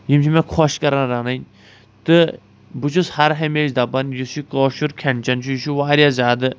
یِم چھِ مےٚ خوٚش کَران رَنٕنی تہٕ بہٕ چھُس ہر ہمیشہِ دپان یُس یہِ کٲشُر کھٮ۪ن چٮ۪ن چھُ یہِ چھُ واریاہ زیادٕ